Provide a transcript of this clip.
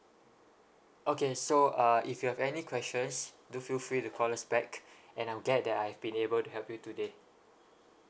okay so uh if you have any questions do feel free to call us back and I'm glad that I have been able to help you today